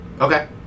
okay